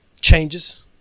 changes